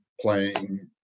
playing